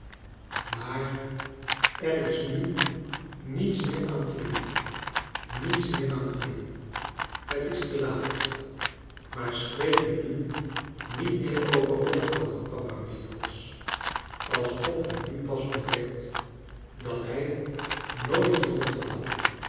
maar er is nu niets meer aan te doen niets meer aan te doen het is te laat maar spreek u nu niet meer over rondkomen papa meagles alsof u nu pas ontdekt dat hij nooit